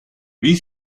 wie